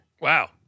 Wow